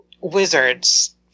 wizards